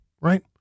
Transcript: right